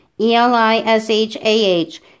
E-L-I-S-H-A-H